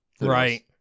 Right